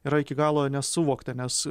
yra iki galo nesuvokta nes